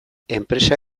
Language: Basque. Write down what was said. enpresa